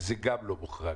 זה גם לא מוחרג.